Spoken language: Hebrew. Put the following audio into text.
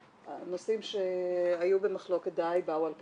הנושאים שהיו במחלוקת דיי באו על פתרונם.